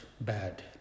bad